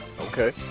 Okay